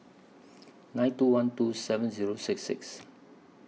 nine two one two seven Zero six six